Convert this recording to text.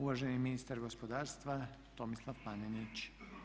Uvaženi ministar gospodarstva Tomislav Panenić.